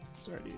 Sorry